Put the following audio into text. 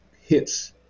hits